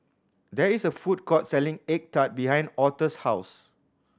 there is a food court selling egg tart behind Authur's house